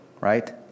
right